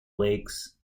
lakes